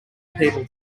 people